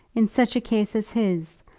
in such a case as his,